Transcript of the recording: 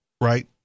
right